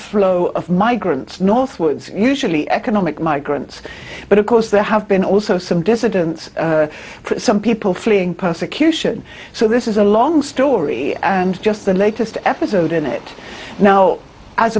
flow of migrants northwards usually economic migrants but of course there have been also some dissidents some people fleeing persecution so this is a long story and just the latest episode in it now as